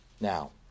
Now